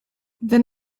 then